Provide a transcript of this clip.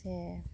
ᱥᱮ